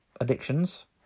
addictions